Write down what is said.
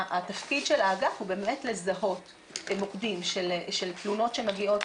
התפקיד של האגף הוא באמת לזהות מוקדים של תלונות שמגיעות,